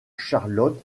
charlotte